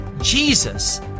Jesus